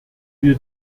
wir